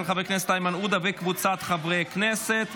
של חבר הכנסת איימן עודה וקבוצת חברי הכנסת.